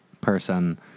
person